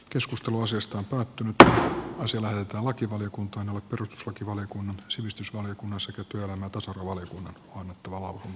keskustelu asiasta mitään sille että tärkeänä ja perustuslakivaliokunnan sivistysvaliokunnan sekä työelämä tasapuolisen kannatettavana